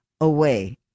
away